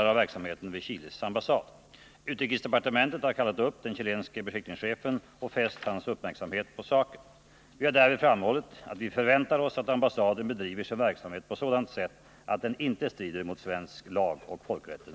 Anser utrikesministern att detta kan tolereras som normal diplomatisk aktivitet och om inte vad tänker utrikesministern göra åt saken?